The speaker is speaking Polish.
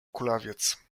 kulawiec